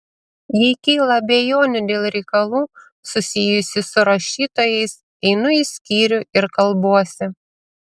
jei kyla abejonių dėl reikalų susijusių su rašytojais einu į skyrių ir kalbuosi